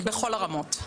בכל הרמות.